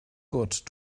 gurt